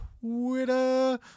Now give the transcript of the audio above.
twitter